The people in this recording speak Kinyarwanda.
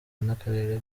n’akarere